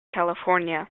california